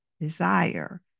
desire